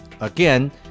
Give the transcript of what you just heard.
again